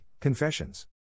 Confessions